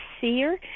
SEER